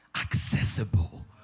accessible